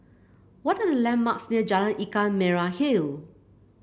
what are the landmarks near Jalan Ikan Merah Hill